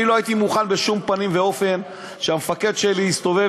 אני לא הייתי מוכן בשום פנים ואופן שהמפקד שלי יסתובב